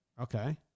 Okay